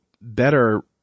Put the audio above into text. better